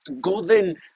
golden